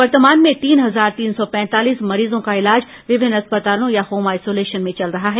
वर्तमान में तीन हजार तीन सौ पैंतालीस मरीजों का इलाज विभिन्न अस्पतालों या होम आइसोलेशन में चल रहा है